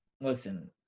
Listen